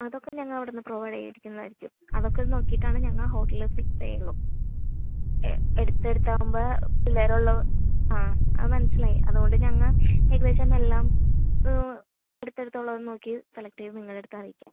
അതൊക്കെ ഞങ്ങളവിടുന്ന് പ്രൊവൈഡ് ചെയ്യിപ്പിക്കുന്നത് ആയിരിക്കും അതൊക്കെ നോക്കിയിട്ട് ആണ് ഞങ്ങൾ ഹോട്ടല് ഫിക്സ് ചെയ്യുള്ളൂ എ അടുത്ത് അടുത്ത് ആകുമ്പോൾ പിള്ളേർ ഉള്ള ആ ആ മനസ്സിലായി അതുകൊണ്ട് ഞങ്ങൾ ഏകദേശം എല്ലാം റൂമ് അടുത്ത് അടുത്ത് ഉള്ളത് നോക്കി സെലക്ട് ചെയ്ത് നിങ്ങളടുത്ത് അറിയിക്കാം